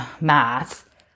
math